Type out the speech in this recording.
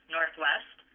Northwest